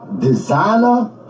designer